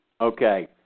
Okay